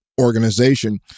organization